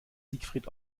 siegfried